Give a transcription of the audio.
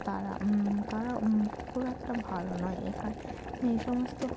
তারা তারা খুব একটা ভালো নয় এখানে এই সমস্ত